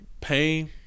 Pain